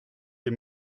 des